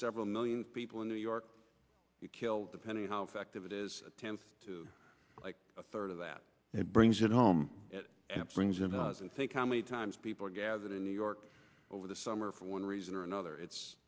several million people in new york killed depending on how effective it is tends to like a third of that it brings it home and brings in us and think how many times people are gathered in new york over the summer for one reason or another it's